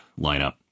lineup